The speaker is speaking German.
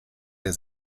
der